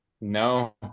no